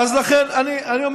אני שאלתי מה מונע את זה.